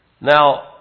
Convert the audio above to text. Now